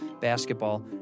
basketball